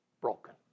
broken